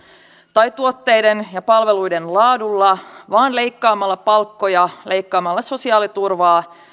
tai tuotteiden ja palveluiden laadulla vaan leikkaamalla palkkoja leikkaamalla sosiaaliturvaa